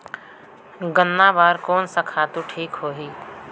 गन्ना बार कोन सा खातु ठीक होही?